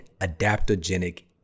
adaptogenic